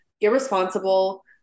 irresponsible